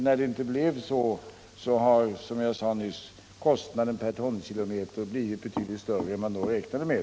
När det inte blev så har, såsom jag nyss sade, kostnaden per tonkilometer blivit betydligt högre än man då räknade med.